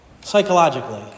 psychologically